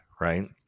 right